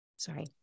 Sorry